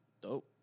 Dope